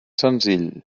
senzill